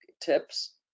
tips